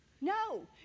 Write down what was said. No